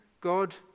God